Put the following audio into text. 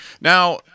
Now